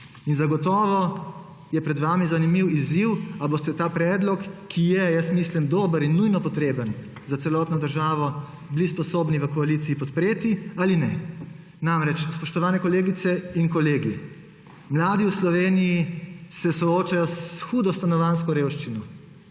Zagotovo je pred vami zanimiv izziv, ali boste ta predlog, ki je, jaz mislim, dober in nujno potreben za celotno državo, bili sposobni v koaliciji podpreti ali ne. Spoštovane kolegice in kolegi, mladi v Sloveniji se soočajo s hudo stanovanjsko revščino.